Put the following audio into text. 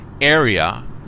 area